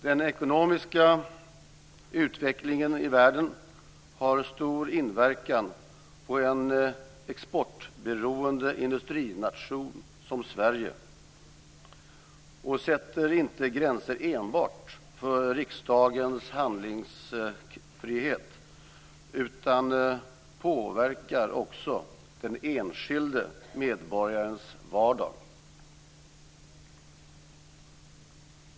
Den ekonomiska utvecklingen i världen har stor inverkan på en exportberoende industrination som Sverige och sätter inte gränser enbart för riksdagens handlingsfrihet utan påverkar också den enskilde medborgarens vardag.